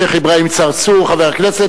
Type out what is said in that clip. שיח' אברהים צרצור, חבר הכנסת.